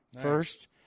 first